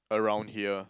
around here